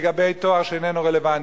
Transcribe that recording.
לגבי תואר שאיננו רלוונטי.